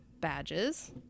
badges